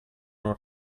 non